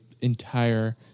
entire